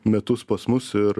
metus pas mus ir